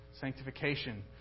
Sanctification